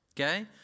okay